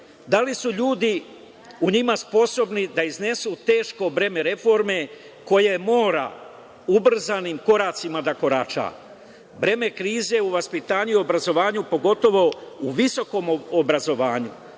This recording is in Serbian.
li su ljudi u njima sposobni da iznesu teško breme reforme koje mora ubrzanim koracima da korača? Breme krize u vaspitanju i obrazovanju pogotovo u visokom obrazovanju